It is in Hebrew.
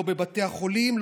לא בבתי החולים,